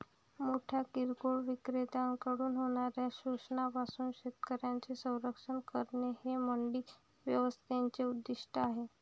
मोठ्या किरकोळ विक्रेत्यांकडून होणाऱ्या शोषणापासून शेतकऱ्यांचे संरक्षण करणे हे मंडी व्यवस्थेचे उद्दिष्ट आहे